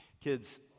Kids